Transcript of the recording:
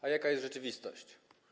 A jaka jest rzeczywistość?